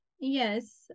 Yes